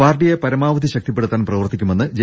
പാർട്ടിയെ പരമാവധി ശക്തിപ്പെടുത്താൻ പ്രവർത്തിക്കു മെന്ന് ജെ